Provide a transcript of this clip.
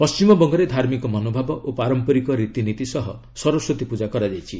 ପଶ୍ଚିମବଙ୍ଗରେ ଧାର୍ମିକ ମନୋଭାବ ଓ ପାରମ୍ପରିକ ରୀତିନୀତି ସହ ସରସ୍ୱତୀ ପୂଜା କରାଯାଇଛି